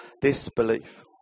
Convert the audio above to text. disbelief